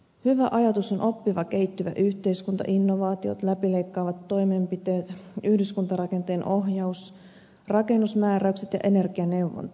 hyviä ajatuksia ovat oppiva kehittyvä yhteiskunta innovaatiot läpileikkaavat toimenpiteet yhdyskuntarakenteen ohjaus rakennusmääräykset ja energianeuvonta